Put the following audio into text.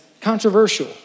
controversial